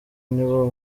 nibo